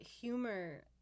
humor